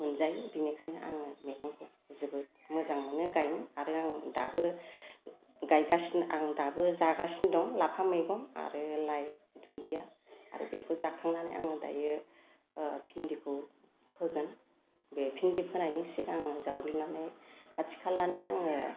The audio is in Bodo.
मोनजायो बिनिखायनो आङो मैगंखौ जोबोद मोजां मोनो गायनो आरो आं दाबो गायगासिनो आं दाबो जागासिनो दं लाफा मैगं आरो लाइ दुन्दिया आरो बेखौ जाखांनानै आङो दायो भिन्दिखौ फोगोन बे भिन्दुि फोनायनि सिगां आङो जावग्लिनानै खाथि खालानि आङो